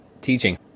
teaching